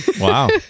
Wow